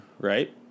right